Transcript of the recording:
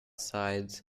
sides